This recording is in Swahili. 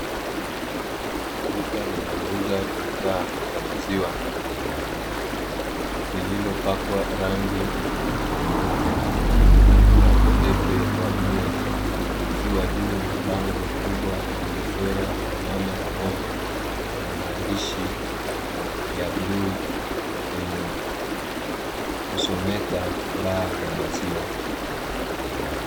Duka linalouza bidhaa za maziwa lililopakwa rangi nyeupe na utepe wa bluu, ikiwa juu na bango kubwa lililochorwa mnyama ng'ombe na maandishi ya bluu, yenye kusomeka baa ya maziwa.